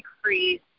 increase